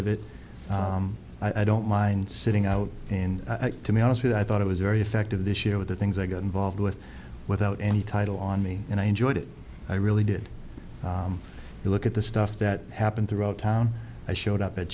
of it i don't mind sitting out in to be honest with i thought it was very effective this year with the things i got involved with without any title on me and i enjoyed it i really did look at the stuff that happened throughout town i showed up at